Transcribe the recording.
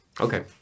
okay